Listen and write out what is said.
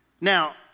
Now